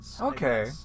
Okay